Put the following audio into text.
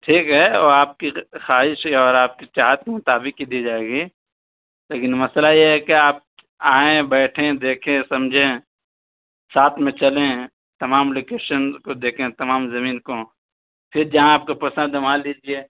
ٹھیک ہے اور آپ کی خواہش ہے اور آپ کی چاہت کے مطابق ہی دی جائے گی لیکن مسئلہ یہ ہے کہ آپ آئیں بیٹھیں دیکھیں سمجھیں ساتھ میں چلیں تمام لوکیشن کو دیکھیں تمام زمین کو پھر جہاں آپ کو پسند ہے وہاں لیجیے